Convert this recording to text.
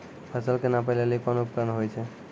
फसल कऽ नापै लेली कोन उपकरण होय छै?